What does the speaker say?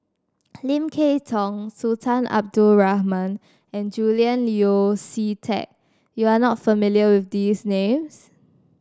Lim Kay Tong Sultan Abdul Rahman and Julian Yeo See Teck you are not familiar with these names